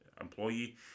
employee